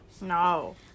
No